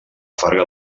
farga